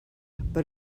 but